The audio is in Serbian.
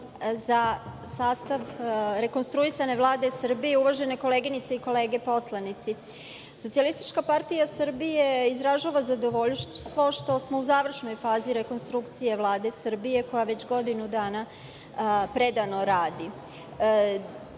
za sastav rekonstruisane Vlade Srbije, uvažene koleginice i kolege poslanici, SPS izražava zadovoljstvo što smo u završnoj fazi rekonstrukcije Vlade Srbije, koja već godinu dana predano